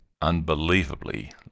unbelievably